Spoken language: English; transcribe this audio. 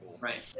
Right